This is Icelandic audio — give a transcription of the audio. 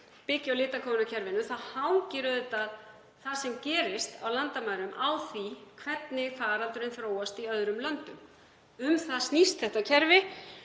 byggi á litakóðunarkerfinu þá hangir auðvitað það sem gerist á landamærum á því hvernig faraldurinn þróast í öðrum löndum. Um það snýst þetta kerfi